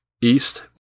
east